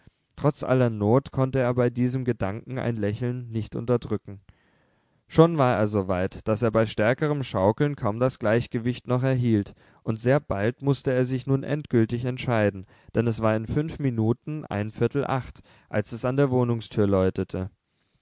trotz aller not konnte er bei diesem gedanken ein lächeln nicht unterdrücken schon war er so weit daß er bei stärkerem schaukeln kaum das gleichgewicht noch erhielt und sehr bald mußte er sich nun endgültig entscheiden denn es war in fünf minuten ein viertel acht als es an der wohnungstür läutete